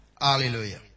Hallelujah